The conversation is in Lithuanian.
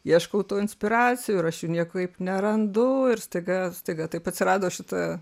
ieškau tų inspiracijų ir aš jų niekaip nerandu ir staiga staiga taip atsirado šita